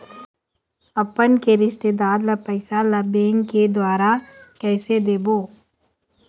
अपन के रिश्तेदार ला पैसा ला बैंक के द्वारा कैसे देबो?